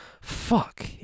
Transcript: fuck